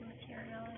material